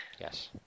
Yes